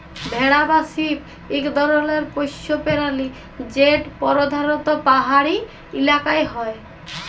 ভেড়া বা শিপ ইক ধরলের পশ্য পেরালি যেট পরধালত পাহাড়ি ইলাকায় হ্যয়